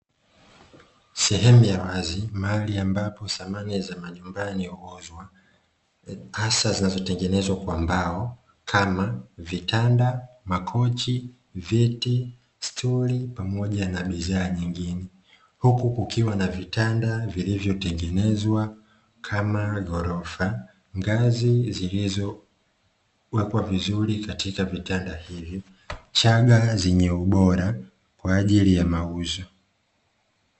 Sehemu ya wazi, mahali ambapo samani za nyumbani huuzwa, hasa zinazotengenezwa kwa mbao kama vitanda, makochi, viti, stuli, pamoja na bidhaa nyingine; huku kukiwa na vitanda vilivyotengenezwa kama ghorofa, ngazi zilizowekwa vizuri katika vitanda hivyo, chaga zenye ubora, kwa ajili ya mauzo.